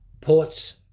Port's